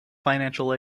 financial